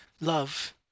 love